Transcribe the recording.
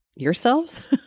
yourselves